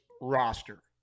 roster